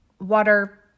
water